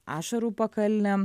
ašarų pakalnė